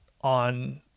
on